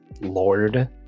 Lord